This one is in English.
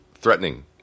threatening